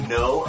no